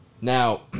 Now